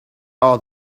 are